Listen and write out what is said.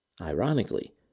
Ironically